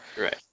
Right